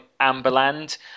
amberland